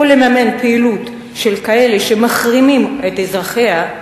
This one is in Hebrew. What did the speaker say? לממן פעילות של כאלה שמחרימים את אזרחיה,